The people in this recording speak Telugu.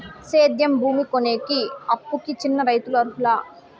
సేద్యం భూమి కొనేకి, అప్పుకి చిన్న రైతులు అర్హులా?